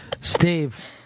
Steve